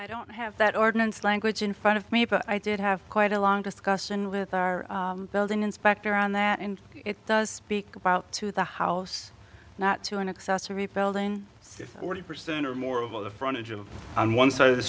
i don't have that ordinance language in front of me but i did have quite a long discussion with our building inspector on that and it does speak about to the house not to an accessory building forty percent or more of on the front edge of on one side of the